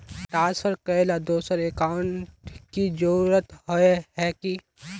Transfer करेला दोसर account की जरुरत होय है की?